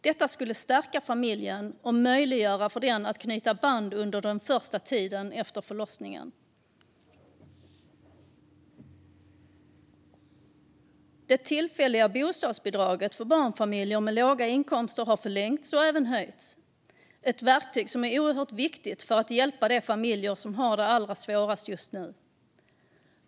Detta skulle stärka familjen och möjliggöra för den att knyta band under den första tiden efter förlossningen. Det tillfälliga bostadsbidraget för barnfamiljer med låga inkomster har förlängts och även höjts. Det är ett verktyg som är oerhört viktigt i arbetet med att hjälpa de familjer som har det allra svårast just nu.